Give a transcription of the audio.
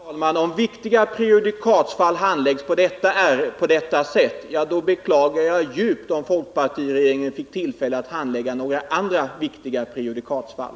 Herr talman! Om ett viktigt prejudikatsfall handläggs på detta sätt beklagar jag djupt om folkpartiregeringen fick tillfälle att handlägga andra viktiga prejudikatsfall.